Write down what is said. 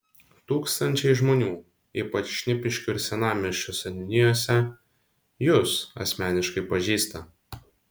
tūkstančiai žmonių ypač šnipiškių ir senamiesčio seniūnijose jus asmeniškai pažįsta